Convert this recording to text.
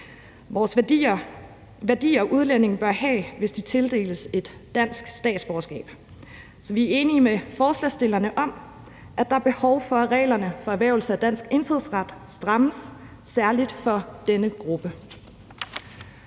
– værdier, udlændinge bør have, hvis de tildeles et dansk statsborgerskab. Så vi er enige med forslagsstillerne i, at der er behov for, at reglerne for erhvervelse af dansk indfødsret strammes, særlig for denne gruppe.